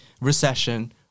recession